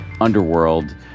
Underworld